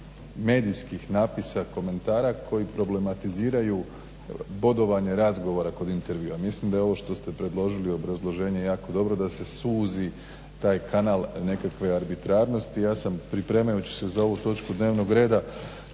medijskih natpisa, komentara koji problematiziraju bodovanje razgovora kod intervjua. Mislim da je ovo što ste predložili, obrazloženje jako dobro da se suzi taj kanal nekakve arbitrarnosti. Ja sam pripremajući se za ovu točku dnevnog reda